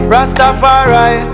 Rastafari